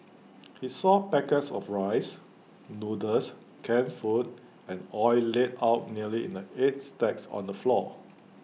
he saw packets of rice noodles canned food and oil laid out neatly in eight stacks on the floor